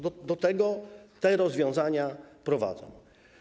Do tego te rozwiązania prowadzą.